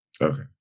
Okay